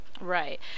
Right